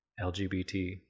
LGBT